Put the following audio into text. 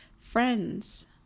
friends